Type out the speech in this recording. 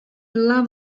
love